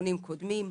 באבחונים קודמים,